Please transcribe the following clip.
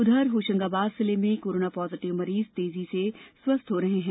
उधर होशंगाबाद जिले में कोरोना पॉज़िटिव मरीज तेजी से स्वस्थ हो रहे हैं